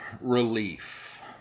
relief